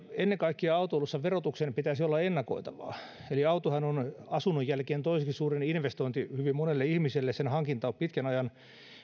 ennen kaikkea autoilussa verotuksen pitäisi olla ennakoitavaa autohan on asunnon jälkeen toiseksi suurin investointi hyvin monelle ihmiselle sen hankinta on pitkän ajan